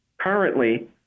currently –